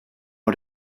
out